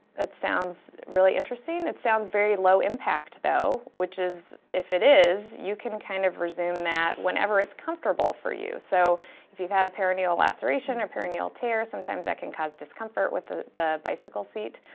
that sounds really interesting. it sounds very low impact though, which is, if it is, you can kind of resume that whenever it's comfortable for you. so if you've had a perineal laceration or perineal tear, sometimes that can cause discomfort with the the bicycle seat.